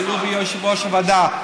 זה תלוי ביושב-ראש הוועדה.